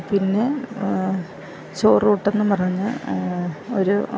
പിന്നെ ചോറൂട്ടെന്ന് പറഞ്ഞ് ഒരു